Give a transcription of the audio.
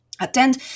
attend